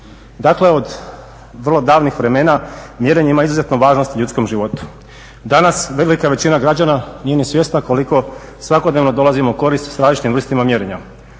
Dakle od vrlo davnih vremena mjerenje ima izuzetnu važnost u ljudskom životu. Danas velika većina građana nije ni svjesna koliko svakodnevno dolazimo u korist s različitim vrstama mjerenja,